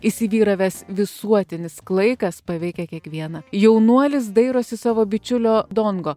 įsivyravęs visuotinis klaikas paveikia kiekvieną jaunuolis dairosi savo bičiulio dongo